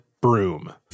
broom